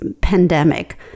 pandemic